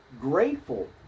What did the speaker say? grateful